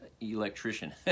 Electrician